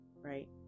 right